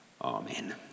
Amen